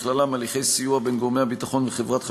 בכללם הליכי סיוע בין גורמי הביטחון לחברת החשמל,